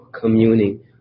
communing